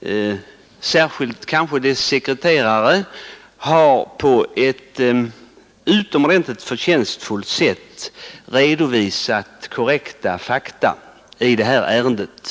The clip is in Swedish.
kanske särskilt dess sekreterare på ett utomordentligt förtjänstfullt sätt redovisat korrekta fakta i det här ärendet.